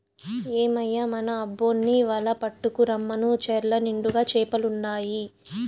ఏమయ్యో మన అబ్బోన్ని వల పట్టుకు రమ్మను చెర్ల నిండుగా చేపలుండాయి